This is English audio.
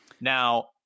Now